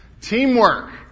Teamwork